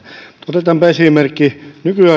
otetaanpa esimerkki nykyaikainen